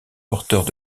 porteurs